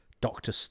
Doctor